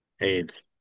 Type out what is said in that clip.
AIDS